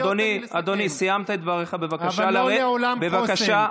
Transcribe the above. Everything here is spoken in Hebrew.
אדוני, אדוני, סיימת את דבריך, בבקשה לרדת.